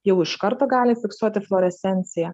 jau iš karto gali fiksuoti fluorescenciją